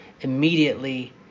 immediately